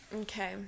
okay